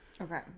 Okay